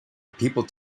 people